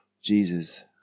jesus